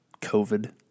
COVID